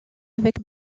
avec